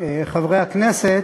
חברי הכנסת,